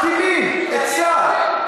לא ראויים למה, מכתימים את צה"ל.